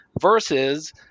versus